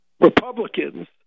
Republicans